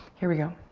here we go.